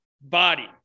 body